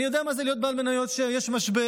אני יודע מה זה להיות בעל מניות כשיש משבר,